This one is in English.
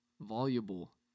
Voluble